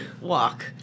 walk